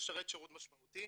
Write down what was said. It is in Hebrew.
לשרת שירות משמעותי.